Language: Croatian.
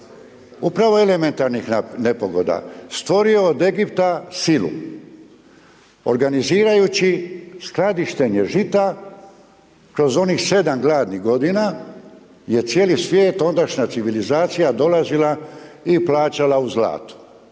upravo elementarnih nepogoda stvorio od Egipta silu, organizirajući skladištenje žita kroz onih 7 gladnih godina je cijeli svijet, ondašnja civilizacija dolazila i plaćala u zlatu,